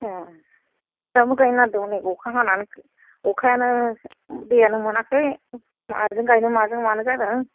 ए जोंहाबो गायनो नागेरदोंमोन नै अखा हानानै अखायानो दैआनो मोनाखै माजों गायनो माजों मानो जादों